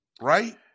Right